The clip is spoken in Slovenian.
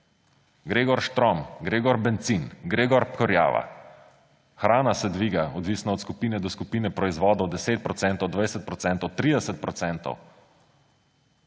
gre gor štrom, gre gor bencin, gre gor kurjava, hrana se dviga, odvisno od skupine do skupine proizvodov za 10 %, 20 %, 30 %.